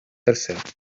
tercero